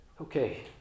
okay